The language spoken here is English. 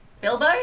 Bilbo